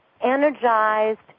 energized